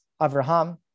Avraham